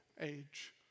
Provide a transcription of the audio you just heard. age